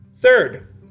Third